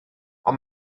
ond